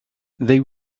they